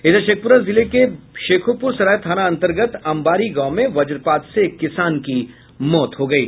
इधर शेखपुरा जिले के शेखोपुर सराय थाना अंतर्गत अंबारी गांव में वजपात से एक किसान की मौत हो गयी